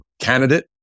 candidate